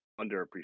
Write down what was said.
underappreciated